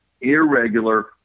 irregular